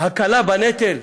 הקלה בנטל,